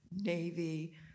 Navy